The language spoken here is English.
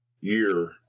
year